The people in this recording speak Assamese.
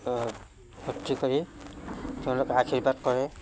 সত্ৰীকাৰিয়ে তেওঁলোকক আশীৰ্বাদ কৰে